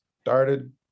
started